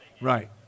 Right